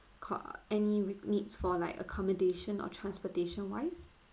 car any with needs for like accommodation or transportation wise